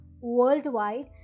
worldwide